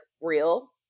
real